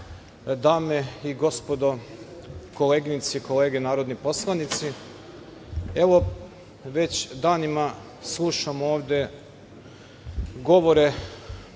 dame i gospodo, koleginice i kolege narodni poslanici, evo, već danima slušamo ovde govore